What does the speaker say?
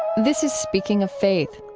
this is speaking of faith.